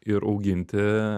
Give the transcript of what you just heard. ir auginti